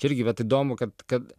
čia irgi vat įdomu kad kad